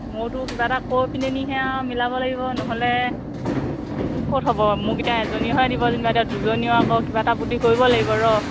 মোৰোতো কিবা এটা কৈ পেলাইহে আৰু মিলাব লাগিব নহ'লে ক'ত হ'ব মোক এতিয়া এজনী হৈ দিব দুজনী হৈ দুজনীৰ আকৌ কিবা এটা বুদ্ধি কৰিব লাগিব ৰ